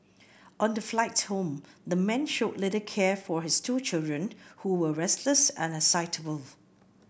on the flight home the man showed little care for his two children who were restless and excitable